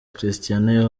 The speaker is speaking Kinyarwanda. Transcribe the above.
cristiano